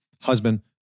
husband